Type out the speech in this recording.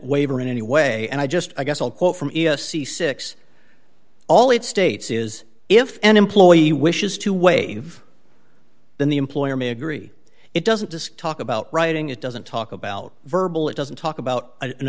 waiver in any way and i just i guess i'll quote from the six all it states is if an employee wishes to waive then the employer may agree it doesn't disc talk about writing it doesn't talk about verbal it doesn't talk about an